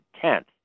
Tenth